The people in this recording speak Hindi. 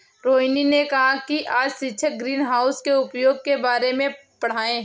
रोहिनी ने कहा कि आज शिक्षक ग्रीनहाउस के उपयोग के बारे में पढ़ाएंगे